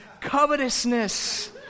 covetousness